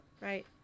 right